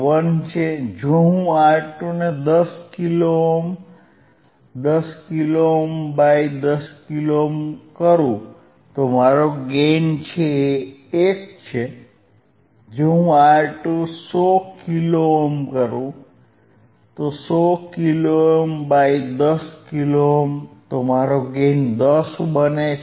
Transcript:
1 છે જો હું R2 ને 10 kilo ohm 10 kilo ohm by 10 kilo ohm કરું તો મારો ગેઇન 1 છે જો હું R2 100 kilo ohm 100 kilo ohm by 10 kilo ohm મારો ગેઇન 10 બને છે